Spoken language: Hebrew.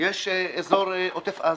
יש איזור עוטף עזה.